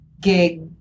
gig